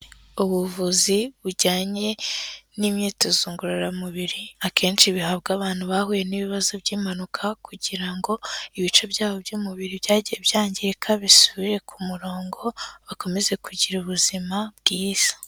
ubuvuzi bujyanye n'imyitozo ngororamubiri, akenshi bihabwa abantu bahuye n'ibibazo by'impanuka, kugira ngo ibice byabo by'umubiri byagiye byangirika bisubire ku murongo bakomeze kugira ubuzima bwiza.